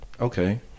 Okay